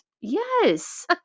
yes